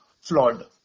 flawed